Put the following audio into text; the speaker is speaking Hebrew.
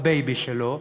הבייבי שלו,